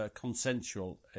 consensual